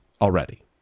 already